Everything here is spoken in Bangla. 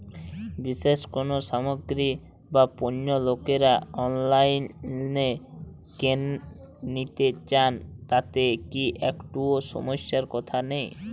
বিশেষ কোনো সামগ্রী বা পণ্য লোকেরা অনলাইনে কেন নিতে চান তাতে কি একটুও সমস্যার কথা নেই?